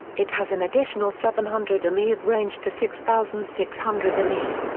it has an additional seven hundred mi of range to six thousand six hundred mi.